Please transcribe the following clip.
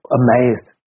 amazed